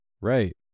right